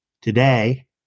Today